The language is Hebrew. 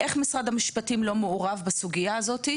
איך משרד המשפטים לא מעורב בסוגייה הזאת?